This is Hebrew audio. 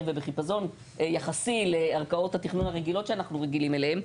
ובחיפזון יחסי לערכאות התכנון הרגליות שאנחנו רגילים אליהן,